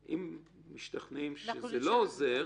אם משתכנעים שזה לא עוזר,